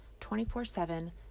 24-7